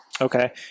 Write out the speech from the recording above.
Okay